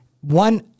one